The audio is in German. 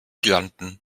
giganten